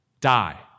die